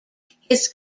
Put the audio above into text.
his